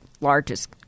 largest